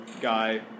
guy